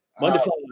Wonderful